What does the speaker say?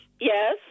Yes